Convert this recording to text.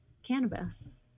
Cannabis